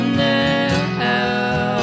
now